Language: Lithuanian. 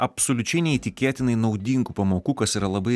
absoliučiai neįtikėtinai naudingų pamokų kas yra labai